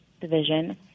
division